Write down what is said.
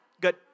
good